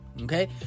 Okay